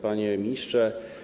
Panie Ministrze!